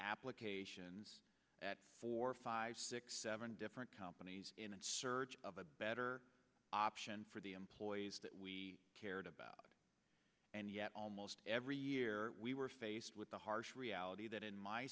applications at four five six seven different companies in and search of a better option for the employees that we cared about and yet almost every year we were faced with the harsh reality that in my